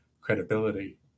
credibility